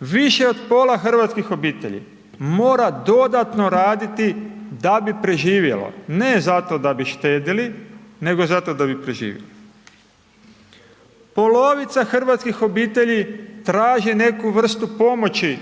Više od pola hrvatskih obitelji, mora dodatno raditi, da bi preživjelo, ne zato da bi štedjeli, nego zato da bi živjeli. Polovica hrvatskih obitelji, traži neku vrstu pomoći